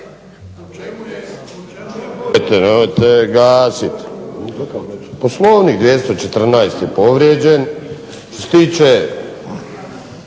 Poslovnik 214. je povrijeđen. Što